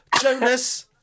Jonas